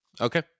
Okay